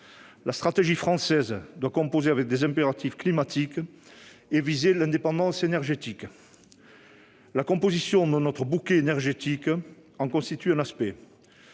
La stratégie française doit composer avec des impératifs climatiques et viser l'indépendance énergétique. La composition de notre bouquet énergétique en constitue un aspect.